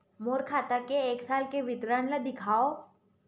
मोर खाता के एक साल के विवरण ल दिखाव?